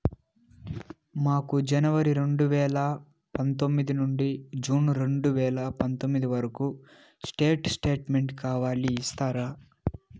మాకు జనవరి రెండు వేల పందొమ్మిది నుండి జూన్ రెండు వేల పందొమ్మిది వరకు స్టేట్ స్టేట్మెంట్ కావాలి ఇస్తారా